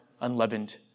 unleavened